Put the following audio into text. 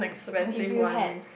if you had